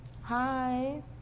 hi